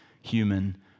human